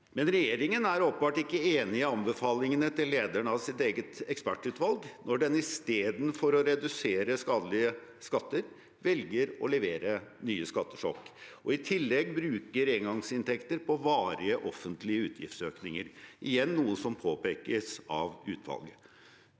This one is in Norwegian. Men regjeringen er åpenbart ikke enig i anbefalingene til lederen av sitt eget ekspertutvalg når den istedenfor å redusere skadelige skatter velger å levere nye skattesjokk, og i tillegg bruker engangsinntekter på varige offentlige utgiftsøkninger, igjen noe som påpekes av utvalget.